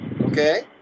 okay